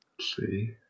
see